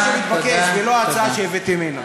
וזה מה שמתבקש, ולא ההצעה שהבאתם הנה.